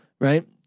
Right